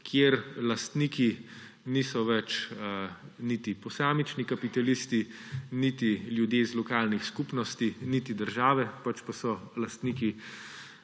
kjer lastniki niso več niti posamični kapitalisti, niti ljudje iz lokalnih skupnosti, niti države; pač pa so lastniki